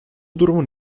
durumun